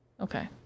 okay